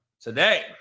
today